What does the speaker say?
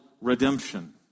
redemption